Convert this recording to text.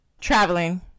Traveling